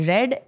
Red